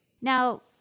Now